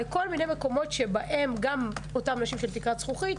לכל מיני מקומות שבהם גם אותן נשים צריכות לפרוץ תקרת זכוכית,